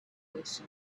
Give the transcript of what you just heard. was